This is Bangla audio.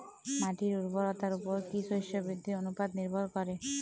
মাটির উর্বরতার উপর কী শস্য বৃদ্ধির অনুপাত নির্ভর করে?